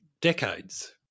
decades